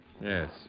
Yes